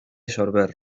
sorber